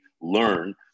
learn